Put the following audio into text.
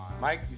Mike